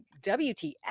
WTF